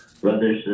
brothers